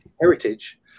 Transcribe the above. heritage